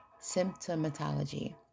symptomatology